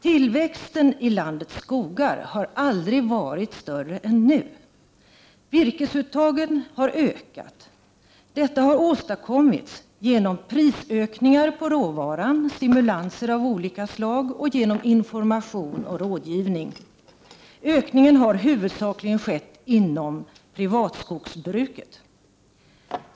Tillväxten i landets skogar har aldrig varit större än nu. Virkesuttagen har ökat. Detta har åstadkommits genom prisökningar på råvaran, genom stimulanser av olika slag och genom information och rådgivning. Ökningen har huvudsakligen skett inom privatskogsbruket.